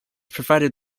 provided